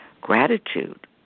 gratitude